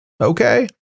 okay